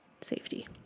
safety